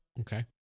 okay